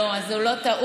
לא, זו לא טעות.